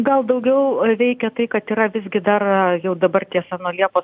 gal daugiau veikia tai kad yra visgi dar jau dabar tiesa nuo liepos